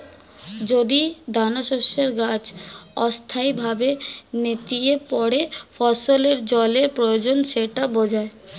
যদি দানাশস্যের গাছ অস্থায়ীভাবে নেতিয়ে পড়ে ফসলের জলের প্রয়োজন সেটা বোঝায়